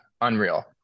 unreal